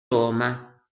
roma